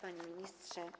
Panie Ministrze!